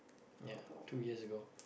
ya two years ago